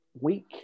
week